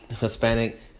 Hispanic